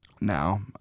now